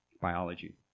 biology